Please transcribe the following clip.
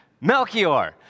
Melchior